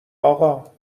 آقا